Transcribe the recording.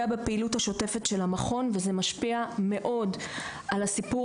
בפעילות השוטפת של המכון וזה משפיע מאוד על הסיפור